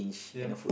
ya